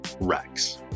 Rex